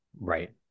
Right